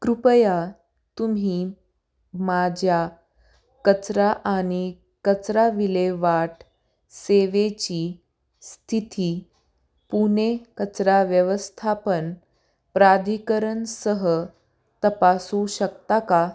कृपया तुम्ही माझ्या कचरा आणि कचरा विल्हेवाट सेवेची स्थिती पुणे कचरा व्यवस्थापन प्राधिकरणासह तपासू शकता का